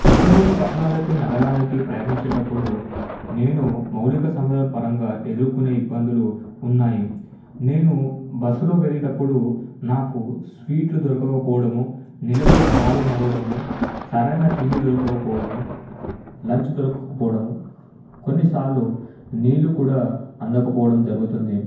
దగ్గరలోని పట్టణాలకి నగరాలకి ప్రయాణించేటప్పుడు నేను మౌలిక సముదాయాల పరంగా ఎదుర్కునే ఇబ్బందులు ఉన్నాయి నేను బస్సులో వెళ్ళేటప్పుడు నాకు సీట్లు దొరకకపోవడము నిలబడి కాలు నొవ్వడము సరైన తిండి దొరకకపోవడము లంచ్ దొరకకపోవడము కొన్నిసార్లు నీళ్ళు కూడా అందకపోవడం జరుగుతుంది